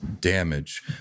damage